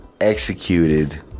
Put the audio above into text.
Executed